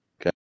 okay